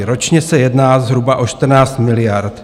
Ročně se jedná zhruba o 14 miliard.